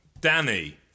Danny